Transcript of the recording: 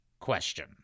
question